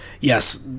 Yes